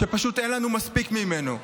שפשוט אין לנו מספיק ממנו.